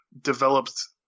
developed